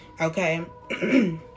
okay